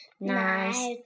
Nice